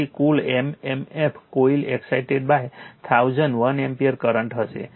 તેથી કુલ m m f coil excited 1000 1 ampere current હશે